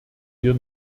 wir